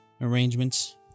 Arrangements